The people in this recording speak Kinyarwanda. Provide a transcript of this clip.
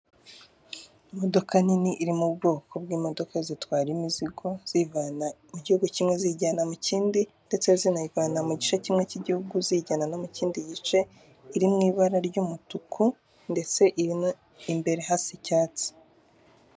Imodoka nini iri mu bwoko bw'imodoka zitwara imizigo, ziyivana mu gihugu kimwe ziyijyana mu kindi, ndetse zinavana mu gice kimwe cy'igihugu zijyana no mu kindi gice; iri mu ibara ry'umutuku ndetse imbere hasi icyatsi.